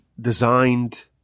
designed